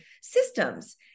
systems